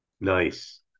Nice